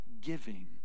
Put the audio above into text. giving